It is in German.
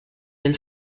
den